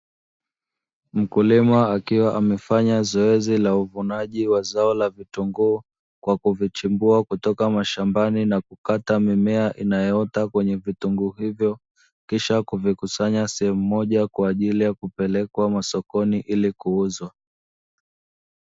Mkulima akiwa amefanya zoezi la uvunaji wa zao la vitunguu kwa kuvichumbua kutoka mashambani na kukata mimea inayoota kwenye vitunguu hivyo kisha kuvikusanya sehemu moja kwa ajili ya kupelekwa masokoni ili kuuzwa.